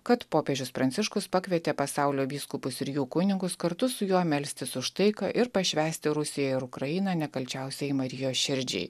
kad popiežius pranciškus pakvietė pasaulio vyskupus ir jų kunigus kartu su juo melstis už taiką ir pašvęsti rusiją ir ukrainą nekalčiausiajai marijos širdžiai